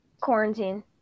Quarantine